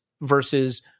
versus